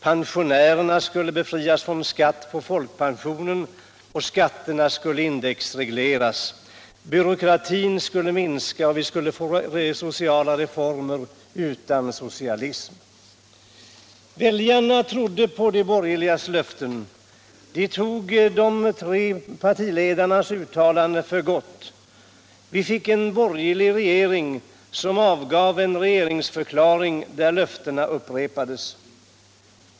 Pensionärerna skulle befrias från skatt på folkpensionen, och skatterna skulle indexregleras. Byråkratin skulle minska, och vi skulle få sociala reformer utan socialism. Väljarna trodde på de borgerligas löften. De tog de tre partiledarnas uttalanden för gott. Vi fick en borgerlig regering, som avgav en regeringsförklaring där löftena upprepades.